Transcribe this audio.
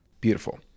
Beautiful